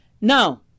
Now